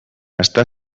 està